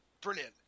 brilliant